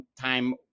time